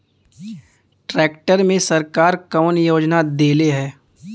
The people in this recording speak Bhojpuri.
ट्रैक्टर मे सरकार कवन योजना देले हैं?